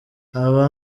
aha